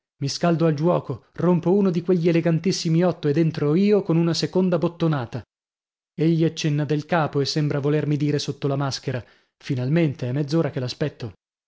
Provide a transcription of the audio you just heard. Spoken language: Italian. mi scaldo al giuoco rompo uno di quegli elegantissimi otto ed entro io con una seconda bottonata egli accenna del capo e sembra volermi dire sotto la maschera finalmente è mezz'ora che